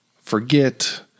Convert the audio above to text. forget